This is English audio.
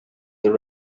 the